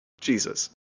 Jesus